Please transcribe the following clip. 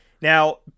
Now